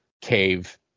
cave